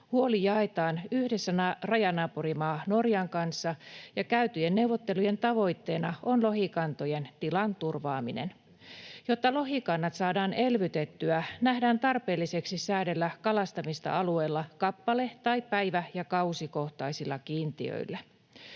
Huoli jaetaan yhdessä rajanaapurimaa Norjan kanssa, ja käytyjen neuvottelujen tavoitteena on lohikantojen tilan turvaaminen. Jotta lohikannat saadaan elvytettyä, nähdään tarpeelliseksi säädellä kalastamista alueella kappale‑ tai päivä‑ ja kausikohtaisilla kiintiöillä.